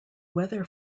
weather